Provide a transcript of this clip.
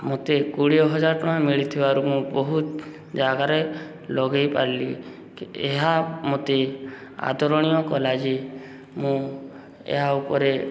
ମୋତେ କୋଡ଼ିଏ ହଜାର ଟଙ୍କା ମିଳିଥିବାରୁ ମୁଁ ବହୁତ ଜାଗାରେ ଲଗେଇ ପାରିଲି ଏହା ମୋତେ ଆଦରଣୀୟ କଲା ଯେ ମୁଁ ଏହା ଉପରେ